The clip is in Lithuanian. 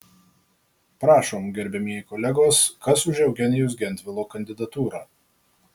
prašom gerbiamieji kolegos kas už eugenijaus gentvilo kandidatūrą